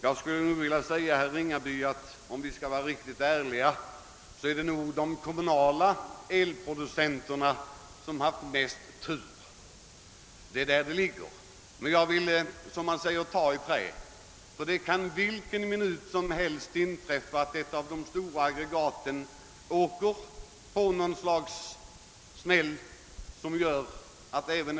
Jag skulle vilja säga till herr Ringaby, att 'om vi skall vara riktigt ärliga så är det nog de kommunala elproducenterna som haft mest tur. Men jag vill, som det heter, ta i trä; vilken minut som helst kan det bli fel på något av de stora aggregaten som gör att det blir ett stopp.